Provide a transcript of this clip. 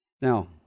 Now